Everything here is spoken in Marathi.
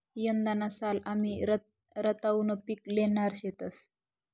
यंदाना साल आमी रताउनं पिक ल्हेणार शेतंस